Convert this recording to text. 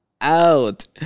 out